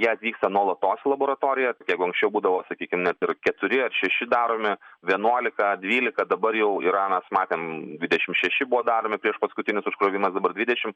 jie atvyksta nuolatos į laboratoriją jeigu anksčiau būdavo sakykim net ir keturi ar šeši daromi vienuolika dvylika dabar jau iranas matėm dvidešim šeši buvo daromi priešpaskutinis užkrovimas dabar dvidešim